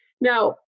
Now